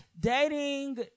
Dating